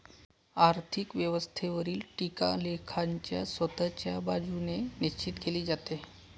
आर्थिक व्यवस्थेवरील टीका लेखकाच्या स्वतःच्या बाजूने निश्चित केली जाते